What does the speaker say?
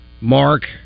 Mark